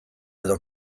edo